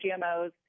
GMOs